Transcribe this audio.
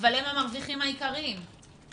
אבל הם המרוויחים העיקריים.